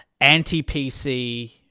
anti-PC